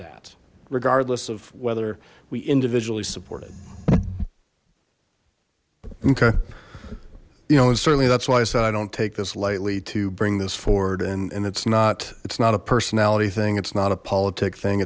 that regardless of whether we individually support it okay you know and certainly that's why i said i don't take this lightly to bring this forward and and it's not it's not a personality thing it's not a politic thing